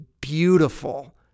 beautiful